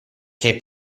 che